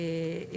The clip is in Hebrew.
אגב,